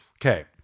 Okay